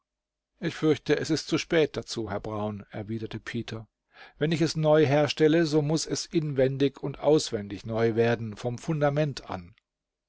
ich fürchte es ist zu spät dazu herr brown erwiderte peter wenn ich es neu herstelle so muß es inwendig und auswendig neu werden vom fundament an